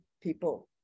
people